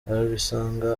wabisanga